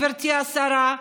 גברתי השרה,